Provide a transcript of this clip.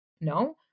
No